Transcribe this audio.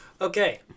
Okay